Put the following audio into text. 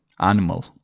animal